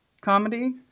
comedy